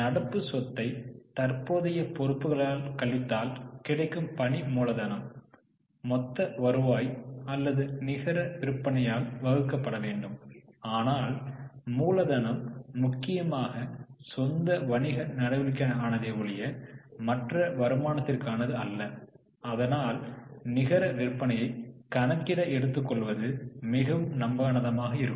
நடப்பு சொத்தை தற்போதைய பொறுப்புகளை கழித்தால் கிடைக்கும் பணி மூலதனம் மொத்த வருவாய் அல்லது நிகர விற்பனையால் வகுக்கப்பட வேண்டும் ஆனால் மூலதனம் முக்கியமாக சொந்த வணிக நடவடிக்கைகளுக்கானதே ஒழிய மற்ற வருமானத்திற்கானது அல்ல அதனால் நிகர விற்பனையை கணக்கிட எடுத்துக் கொள்வது மிகவும் நம்பகமானதாக இருக்கும்